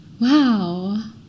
wow